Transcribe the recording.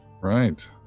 Right